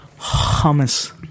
Hummus